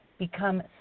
become